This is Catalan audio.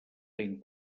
ben